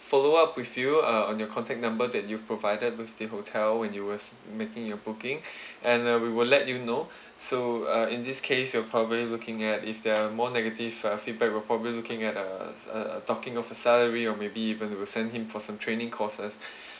follow up with you uh on your contact number that you've provided with the hotel when you was making your booking and uh we will let you know so uh in this case you're probably looking at if there are more negative uh feedback we'll probably looking at uh uh uh docking of his salary or maybe even we'll send him for some training courses